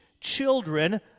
children